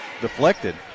deflected